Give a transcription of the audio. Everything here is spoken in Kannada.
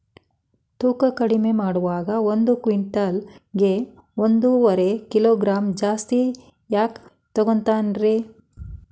ತೂಕಮಾಡುವಾಗ ಒಂದು ಕ್ವಿಂಟಾಲ್ ಗೆ ಒಂದುವರಿ ಕಿಲೋಗ್ರಾಂ ಜಾಸ್ತಿ ಯಾಕ ತೂಗ್ತಾನ ರೇ?